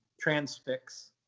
transfix